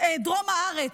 מרב מיכאלי,